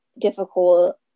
difficult